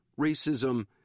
racism